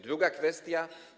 Druga kwestia.